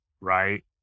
right